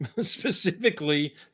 specifically